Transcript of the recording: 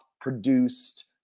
produced